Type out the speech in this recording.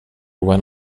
went